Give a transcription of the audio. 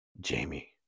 Jamie